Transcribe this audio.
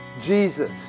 Jesus